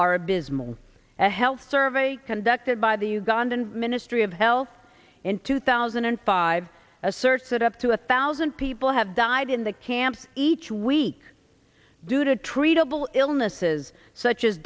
are abysmal a health survey conducted by the ugandan ministry of health in two thousand and five asserts that up to a thousand people have died in the camps each week due to treatable illnesses such as